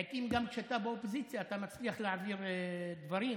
לעיתים גם כשאתה באופוזיציה אתה מצליח להעביר דברים,